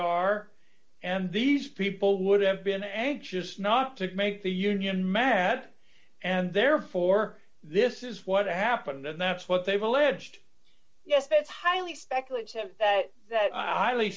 are and these people would have been anxious not to make the union mad and therefore this is what happened and that's what they've alleged yes it's highly speculative but that